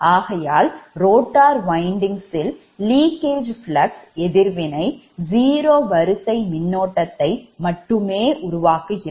ஆகையால் rotar windings leakage கசிவு flux எதிர்வினை zero வரிசை மின்னோட்டத்தை மட்டுமே உருவாக்குகிறது